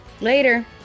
Later